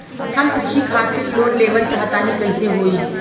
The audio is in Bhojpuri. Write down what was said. हम कृषि खातिर लोन लेवल चाहऽ तनि कइसे होई?